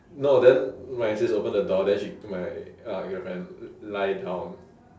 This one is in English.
no then my sis open the door then she pull my uh girlfriend lie down